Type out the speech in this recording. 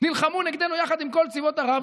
נלחמו נגדנו יחד עם כל צבאות ערב,